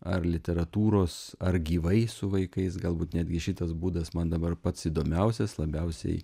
ar literatūros ar gyvai su vaikais galbūt netgi šitas būdas man dabar pats įdomiausias labiausiai